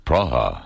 Praha